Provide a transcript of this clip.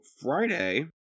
Friday